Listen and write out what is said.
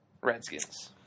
Redskins